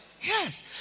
yes